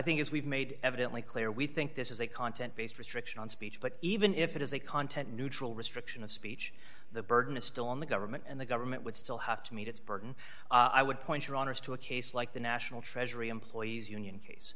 think is we've made evidently clear we think this is a content based restriction on speech but even if it is a content neutral restriction of speech the burden is still on the government and the government would still have to meet its burden i would point to a case like the national treasury employees union case